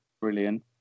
Brilliant